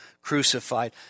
crucified